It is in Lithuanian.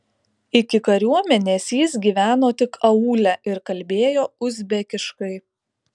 iki kariuomenės jis gyveno tik aūle ir kalbėjo uzbekiškai